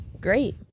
great